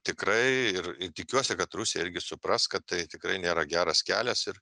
tikrai ir ir tikiuosi kad rusija irgi supras kad tai tikrai nėra geras kelias ir